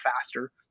faster